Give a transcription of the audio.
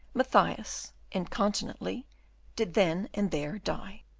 mathias incontinently did then and there die.